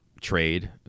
trade